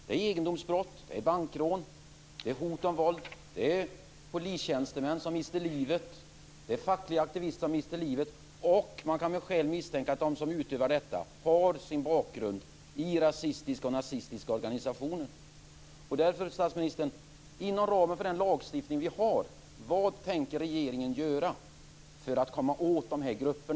Det är egendomsbrott, bankrån, hot om våld, polistjänstemän som mister livet och fackliga aktivister som mister livet. Man kan med skäl misstänka att de som utövar detta har sin bakgrund i rasistiska och nazistiska organisationer.